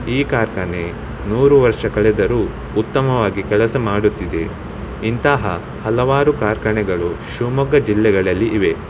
ಈ ಕಾರ್ಖಾನೆ ನೂರು ವರ್ಷ ಕಳೆದರೂ ಉತ್ತಮವಾಗಿ ಕೆಲಸ ಮಾಡುತ್ತಿದೆ ಇಂತಹ ಹಲವಾರು ಕಾರ್ಖಾನೆಗಳು ಶಿವಮೊಗ್ಗ ಜಿಲ್ಲೆಗಳಲ್ಲಿ ಇವೆ